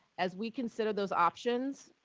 as we consider those options,